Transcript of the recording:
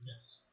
Yes